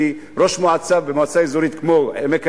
כי ראש מועצה כמו ראש המועצה האזורית עמק-הירדן,